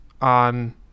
on